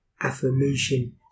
affirmation